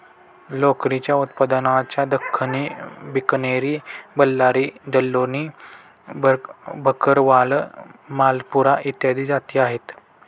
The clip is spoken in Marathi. लोकरीच्या उत्पादनाच्या दख्खनी, बिकनेरी, बल्लारी, जालौनी, भरकवाल, मालपुरा इत्यादी जाती आहेत